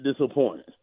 disappointed